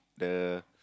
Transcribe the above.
the